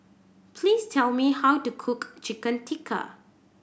please tell me how to cook Chicken Tikka